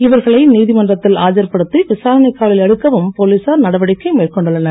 இவர்களை நீதிமன்றத்தில் ஆஜர்படுத்தி விசாரணைக் காவலில் எடுக்கவும் போலீசார் நடவடிக்கை மேற்கொண்டுள்ளனர்